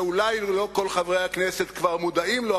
שאולי לא כל חברי הכנסת כבר מודעים לו,